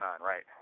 right